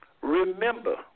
remember